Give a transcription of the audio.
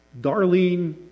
Darlene